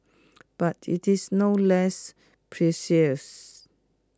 but IT is no less precious